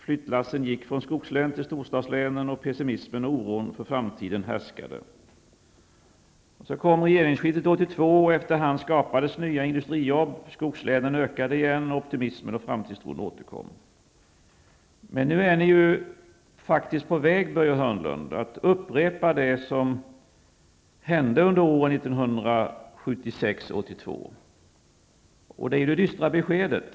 Flyttlassen gick från skogslänen till storstadslänen, och pessimism och oro härskade med tanke på framtiden. Så kom regeringsskiftet 1982, och efter hand skapades nya industriabeten. Skogslänen noterade på nytt en ökning, och optimismen och framtidstron återkom. Nu är ni faktiskt på väg, Börje Hörnlund, att upprepa det som hände under åren 1976--1982. Detta är det dystra beskedet.